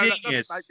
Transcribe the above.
genius